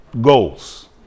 goals